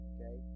Okay